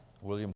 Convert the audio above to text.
William